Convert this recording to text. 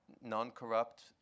non-corrupt